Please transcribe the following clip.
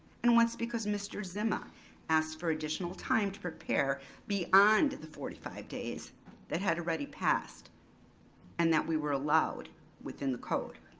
and once because mr. zima asked for additional time to prepare beyond the forty five days that had already passed and that we were allowed within the code.